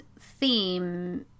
theme